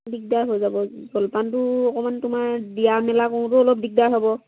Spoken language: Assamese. দিগদাৰ হৈ যাব জলপানটো অকণমান তোমাৰ দিয়া মেলা কৰোঁতেও অলপ দিগদাৰ হ'ব